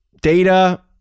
data